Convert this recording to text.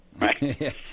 right